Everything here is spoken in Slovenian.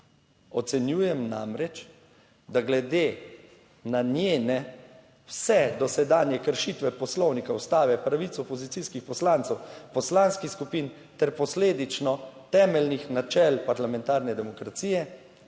Ocenjujem namreč, da glede na njene vse dosedanje kršitve poslovnika, ustave, pravic opozicijskih poslancev, poslanskih skupin ter posledično temeljnih načel parlamentarne demokracije